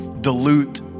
dilute